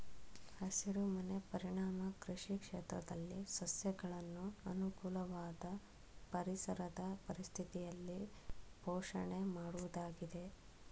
ಹಸಿರುಮನೆ ಪರಿಣಾಮ ಕೃಷಿ ಕ್ಷೇತ್ರದಲ್ಲಿ ಸಸ್ಯಗಳನ್ನು ಅನುಕೂಲವಾದ ಪರಿಸರದ ಪರಿಸ್ಥಿತಿಯಲ್ಲಿ ಪೋಷಣೆ ಮಾಡುವುದಾಗಿದೆ